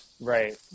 Right